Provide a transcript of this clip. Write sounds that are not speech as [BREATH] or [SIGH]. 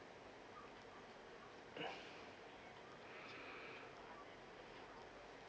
[BREATH]